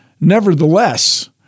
Nevertheless